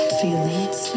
feelings